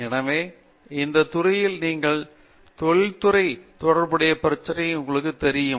எனவே அந்த துறையில் நீங்கள் தொழில்முறை தொடர்புடைய பிரச்சினைகள் உங்களுக்கு தெரியும்